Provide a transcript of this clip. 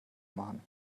machen